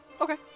Okay